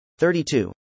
32